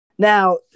Now